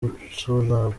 gucurangira